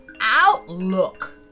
outlook